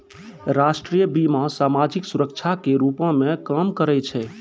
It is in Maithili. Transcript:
राष्ट्रीय बीमा, समाजिक सुरक्षा के रूपो मे काम करै छै